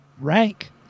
rank